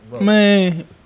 man